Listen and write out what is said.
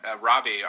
robbie